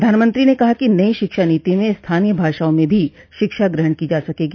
प्रधानमत्री ने कहा कि नई शिक्षा नीति में स्थानीय भाषाओं में भी शिक्षा ग्रहण की जा सकगी